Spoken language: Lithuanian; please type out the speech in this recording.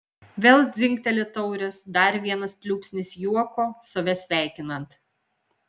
vėl dzingteli taurės dar vienas pliūpsnis juoko save sveikinant